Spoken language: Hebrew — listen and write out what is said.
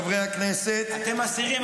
חברי הכנסת -- אתם מסירים,